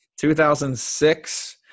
2006